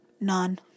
None